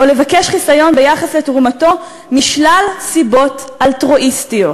לבקש חיסיון ביחס לתרומתו משלל סיבות אלטרואיסטיות".